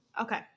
Okay